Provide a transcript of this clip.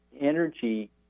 energy